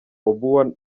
obua